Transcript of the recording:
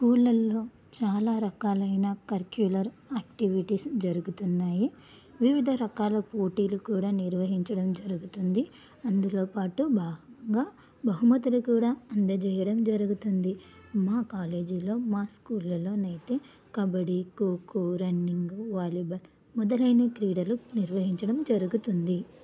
స్కూల్లల్లో చాలా రకాలైన కరిక్యులర్ యాక్టివిటీస్ జరుగుతున్నాయి వివిధ రకాల పోటీలు కూడా నిర్వహించడం జరుగుతుంది అందులో పాటు భాగంగా బహుమతులు కూడా అందజేయడం జరుగుతుంది మా కాలేజీలో మా స్కూల్లల్లో అయితే కబడ్డీ ఖోఖో రన్నింగ్ వాలీబాల్ మొదలైన క్రీడలు నిర్వహించడం జరుగుతుంది